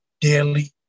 daily